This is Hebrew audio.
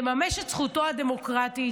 לממש את זכותו הדמוקרטית,